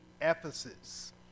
Ephesus